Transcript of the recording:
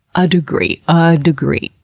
a degree. ah a degree.